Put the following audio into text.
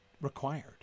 required